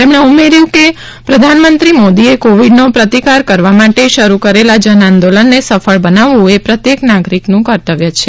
તેમણે ઉમેર્યું કે પ્રધાનમંત્રી મોદીએ કોવિડનો પ્રતિકાર કરવા માટે શરૂ કરેલા જનઆંદોલન ને સફળ બનાવવું એ પ્રત્યેક નાગરિકનું કર્તવ્ય છે